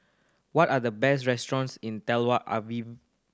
what are the best restaurants in Tel Aviv